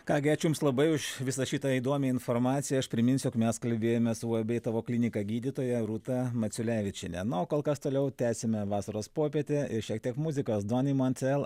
ką gi ačiū jums labai už visą šitą įduomią informaciją aš priminsiu jog mes kalbėjome su uab tavo klinika gydytoja rūta maciulevičiene na o kol kas toliau tęsime vasaros popietę šiek tiek muzikos doni montel